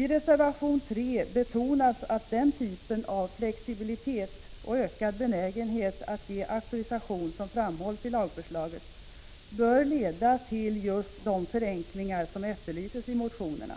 I reservation 3 betonas att den typen av flexibilitet och ökad benägenhet att ge auktorisation som framhålls i lagförslaget bör leda till just de förenklingar som efterlyses i motionerna.